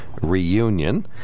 Reunion